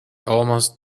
almost